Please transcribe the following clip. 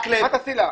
מה תעשי לה?